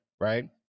right